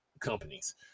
companies